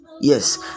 Yes